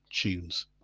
tunes